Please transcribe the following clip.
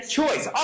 choice